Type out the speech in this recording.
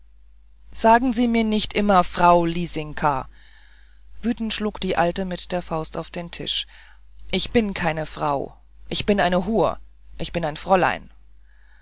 sagen sie mir nicht immer frau lisinka wütend schlug die alte mit der faust auf den tisch ich bin keine frau ich bin eine hur ich bin ein fräulein